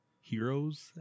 heroes